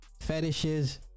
fetishes